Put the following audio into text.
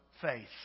faith